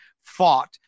fought